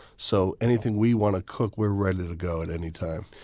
so anything we want to cook, we're ready to go at any time.